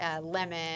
lemon